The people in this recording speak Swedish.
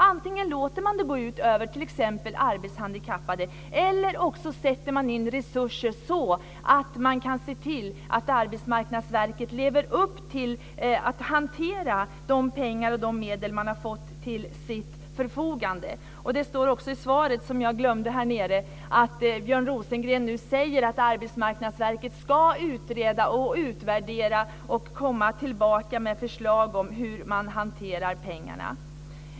Antingen låter man det gå ut över t.ex. arbetshandikappade eller också sätter man in resurser så att Arbetsmarknadsverket kan hantera de pengar och resurser som man har fått till sitt förfogande. Det står också i svaret från Björn Rosengren att Arbetsmarknadsverket ska utreda, utvärdera och komma tillbaka med förslag om hur man ska hantera pengarna.